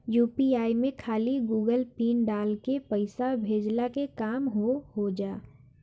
UPI में खाली Google pin डाल के पईसा भेजला के काम हो होजा